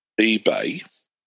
eBay